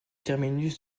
terminus